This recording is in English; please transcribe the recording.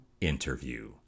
interview